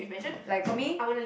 like for me